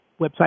website